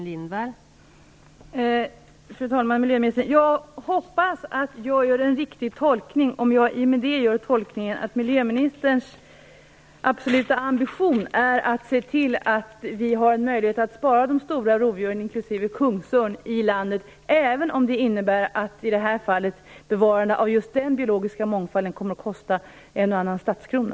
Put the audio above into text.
Fru talman! Jag hoppas att det är en riktig tolkning att miljöministerns absoluta ambition är att se till att det finns en möjlighet att spara de stora rovdjuren i landet, inklusive kungsörnen, även om det i det här fallet innebär att bevarandet av just den biologiska mångfalden kommer att kosta en och annan statskrona.